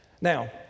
Now